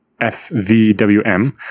FVWM